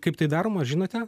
kaip tai daroma žinote